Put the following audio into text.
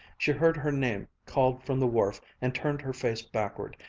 she heard her name called from the wharf and turned her face backward,